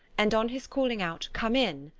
and on his calling out, come in,